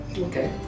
Okay